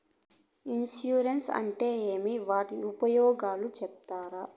Insurance అంటే ఏమి? వాటి ఉపయోగాలు సెప్తారా?